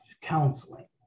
counseling